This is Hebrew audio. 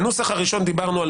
את הטענה הזו אני דוחה